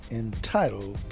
entitled